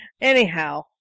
Anyhow